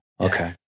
Okay